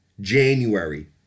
January